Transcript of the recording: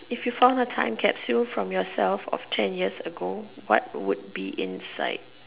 if you found a time capture from yourself of ten years ago what would be inside